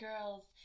girls